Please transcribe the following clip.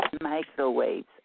microwaves